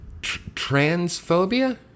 Transphobia